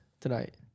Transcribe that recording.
tonight